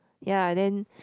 ya then